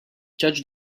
judge